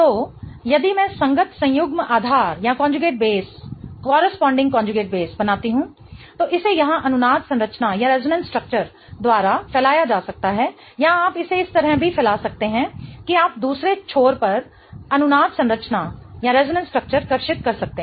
तो यदि मैं संगत संयुग्मन आधार बनाती हूं तो इसे यहां अनुनाद संरचना द्वारा फैलाया जा सकता है या आप इसे इस तरह भी फैला सकते हैं कि आप दूसरे छोर पर अनुनाद संरचना कर्षित कर सकते हैं